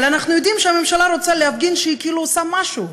אבל אנחנו יודעים שהממשלה רוצה להפגין שהיא כאילו עושה משהו,